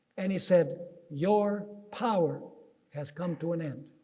and he said your power has come to an end.